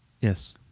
Yes